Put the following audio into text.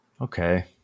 Okay